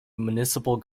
municipal